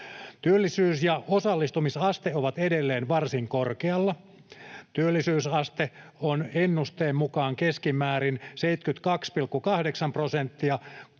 Työllisyys- ja osallistumisaste ovat edelleen varsin korkealla. Työllisyysaste on ennusteen mukaan keskimäärin 72,8 prosenttia